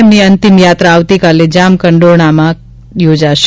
તેમની અંતિમયાત્રા આવતીકાલે જામકંડોરણા ખાતે યોજાશે